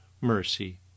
mercy